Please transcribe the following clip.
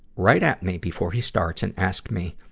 right at me, before he starts and asks me,